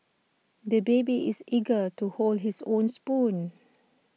the baby is eager to hold his own spoon